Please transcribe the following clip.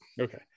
Okay